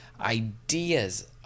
ideas